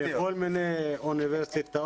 -- מכל מיני אוניברסיטאות,